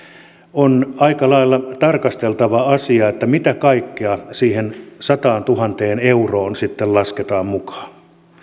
on aika lailla tarkasteltava asia että mitä kaikkea siihen sataantuhanteen euroon sitten lasketaan mukaan